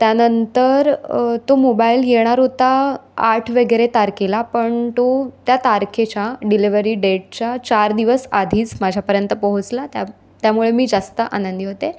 त्यानंतर तो मोबाईल येणार होता आठ वगैरे तारखेला पण तो त्या तारखेच्या डिलिव्हरी डेटच्या चार दिवस आधीच माझ्यापर्यंत पोहोचला त्या त्यामुळे मी जास्त आनंदी होते